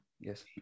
yes